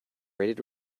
rated